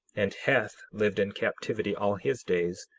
and heth lived in captivity all his days.